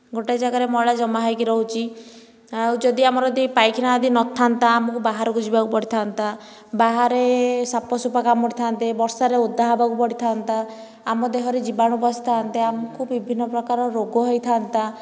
ଗୋଟିଏ ଜାଗାରେ ମଇଳା ଜମା ହୋଇକି ରହୁଛି ଆଉ ଯଦି ଆମର ପାଇଖାନା ଯଦି ନଥାନ୍ତା ଆମକୁ ବାହାରକୁ ଯିବାକୁ ପଡ଼ିଥାନ୍ତା ବାହାରେ ସାପ ସୂପା କାମୁଡ଼ିଥାନ୍ତେ ବର୍ଷାରେ ଓଦା ହେବକୁ ପଡ଼ିଥାନ୍ତା ଆମ ଦେହରେ ଜୀବାଣୁ ପଶିଥାଆନ୍ତେ ଆମକୁ ବିଭିନ୍ନ ପ୍ରକାରର ରୋଗ ହୋଇଥାଆନ୍ତା